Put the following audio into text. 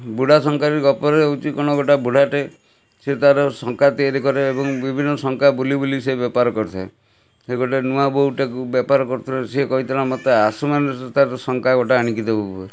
ବୁଢ଼ା ଶଙ୍ଖାରି ଗପରେ ହେଉଛି କ'ଣ ଗୋଟେ ବୁଢ଼ାଟିଏ ସେ ତା'ର ଶଙ୍ଖା ତିଆରି କରେ ଏବଂ ବିଭିନ୍ନ ଶଙ୍ଖା ବୁଲି ବୁଲି ସେ ବେପାର କରିଥାଏ ସେ ଗୋଟେ ନୂଆ ବୋହୁଟାକୁ ବେପାର କରୁଥିଲା ସେ କହିଥିଲା ମୋତେ ଆସମାନୀ ସୁତାର ଶଙ୍ଖା ଗୋଟେ ଆଣିକି ଦେବ ବୋଲି